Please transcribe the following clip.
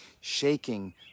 shaking